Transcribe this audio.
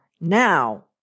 now